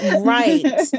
Right